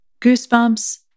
goosebumps